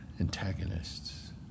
antagonists